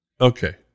Okay